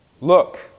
Look